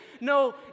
no